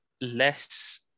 less